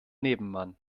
nebenmann